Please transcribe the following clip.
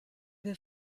wir